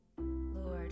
Lord